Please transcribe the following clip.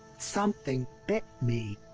something bit me!